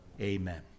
Amen